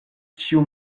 ĉiu